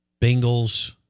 Bengals